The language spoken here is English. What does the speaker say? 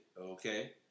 okay